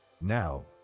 Now